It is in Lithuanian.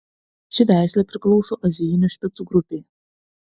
ši veislė priklauso azijinių špicų grupei